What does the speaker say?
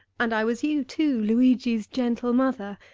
and i was you too, luigi's gentle mother,